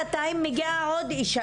ששעתיים מאוחר יותר מגיעה אליך עוד אישה,